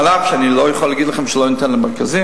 אף שאני לא יכול להגיד לכם שלא ניתן למרכזים,